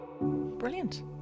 Brilliant